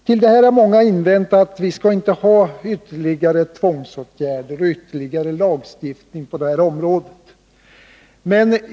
Till detta har många invänt att vi inte skall ha ytterligare tvångsåtgärder och ytterligare lagstiftning på detta område.